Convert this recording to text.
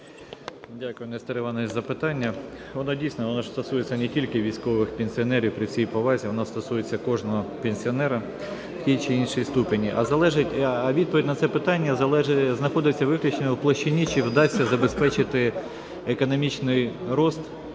Дякую, Нестор Іванович, за питання. Воно дійсно стосується не тільки військових пенсіонерів, при всій повазі, воно стосується кожного пенсіонера в тій чи іншій ступені. А відповідь на це питання знаходиться виключно у площині, чи вдасться забезпечити економічний ріст